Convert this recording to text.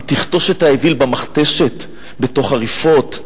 אם תכתוש את האוויל במכתש בתוך הריפות,